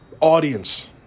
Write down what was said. audience